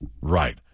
right